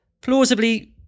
plausibly